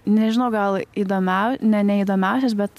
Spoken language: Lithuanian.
nežinau gal įdomiau ne ne įdomiausias bet